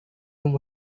umu